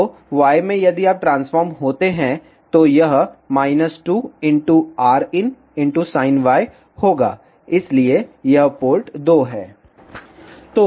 तो y में यदि आप ट्रांसफार्म होते हैं तो यह 2 rin sin y होगा इसलिए यह पोर्ट 2 है